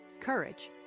courage,